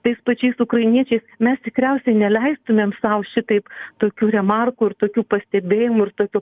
tais pačiais ukrainiečiais mes tikriausiai neleistumėm sau šitaip tokių remarkų ir tokių pastebėjimų ir tokio